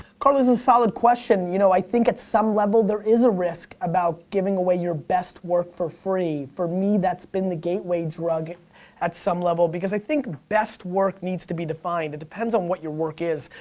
carlo, this is a solid question. you know, i think at some level, there is a risk about giving away your best work for free. for me, that's been the gateway drug at some level, because i think best work needs to be defined. it depends on what your work is.